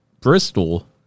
Bristol